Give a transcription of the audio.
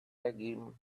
regime